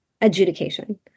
adjudication